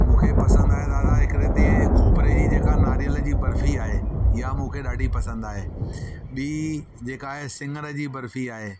मूंखे पसंदि आहे दादा हिकिड़ी त हीअ खोपरे जी नारियल जी जेका बर्फ़ी आहे इहा मूंखे ॾाढी पसंदि आहे ॿी जेका आहे सिङर जी बर्फ़ी आहे